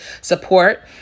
support